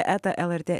eta lrt